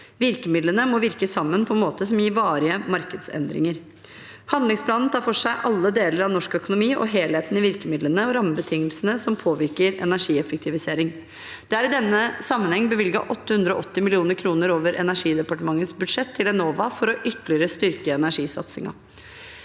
Virkemidlene må virke sammen på en måte som gir varige markedsendringer. Handlingsplanen tar for seg alle deler av norsk økonomi og helheten i virkemidlene og rammebetingelsene som påvirker energieffektivisering. Det er i denne sammenheng bevilget 880 mill. kr over Energidepartementets budsjett til Enova for ytterligere å styrke energisatsingen.